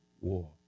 war